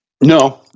No